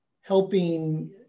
helping